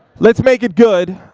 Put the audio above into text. let's make it good.